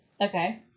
Okay